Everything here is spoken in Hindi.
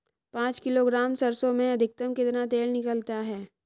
पाँच किलोग्राम सरसों में अधिकतम कितना तेल निकलता है?